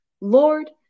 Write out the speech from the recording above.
Lord